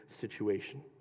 situation